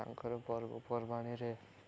ତାଙ୍କର ପର୍ବପର୍ବାଣିରେ